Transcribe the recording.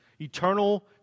eternal